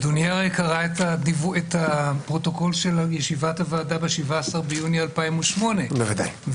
אדוני הרי קרא את פרוטוקול של ישיבת הוועדה ב-17 ביוני 2008. בוודאי.